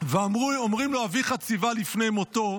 ואמרו לו: אביך ציווה לפני מותו,